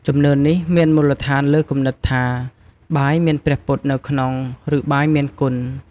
ជំនឿនេះមានមូលដ្ឋានលើគំនិតថា បាយមានព្រះពុទ្ធនៅក្នុង ឬ បាយមានគុណ។